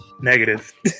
negative